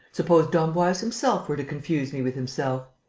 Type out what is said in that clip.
suppose d'emboise himself were to confuse me with himself?